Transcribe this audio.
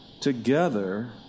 together